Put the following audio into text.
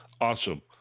Awesome